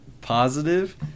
positive